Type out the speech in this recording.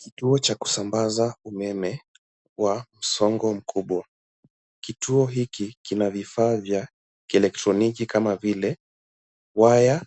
Kituo cha kusambaza umeme wa usongo mkubwa. Kituo hiki kina vifaa vya kieletroniki kama vile, waya